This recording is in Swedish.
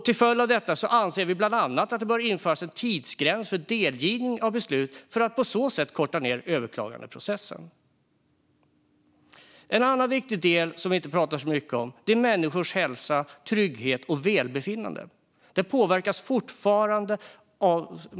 Till följd av detta anser vi bland annat att det bör införas en tidsgräns för delgivning av beslut för att på så sätt korta ned tiden för överklagandeprocessen. En annan viktig fråga som vi inte pratar så mycket om är människors hälsa, trygghet och välbefinnande.